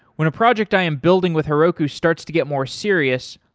when a project i am building with heroku starts to get more serious,